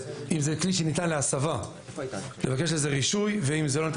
אם זה כלי שניתן להסבה לבקש לזה רישוי ואם זה לא ניתן